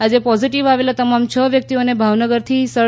આજે પોઝીટીવ આવેલા તમામ છ વ્યક્તિઓને ભાવનગરથી સર